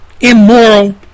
immoral